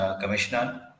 Commissioner